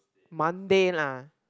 Monday lah